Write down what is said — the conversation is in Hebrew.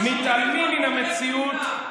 מתעלמים מן המציאות,